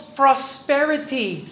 prosperity